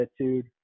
attitude